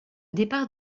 départ